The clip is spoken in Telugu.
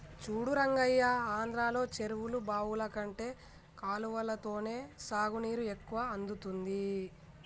చూడు రంగయ్య ఆంధ్రలో చెరువులు బావులు కంటే కాలవలతోనే సాగునీరు ఎక్కువ అందుతుంది